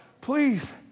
please